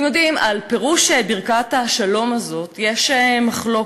ואתם יודעים, על פירוש ברכת השלום הזאת יש מחלוקת.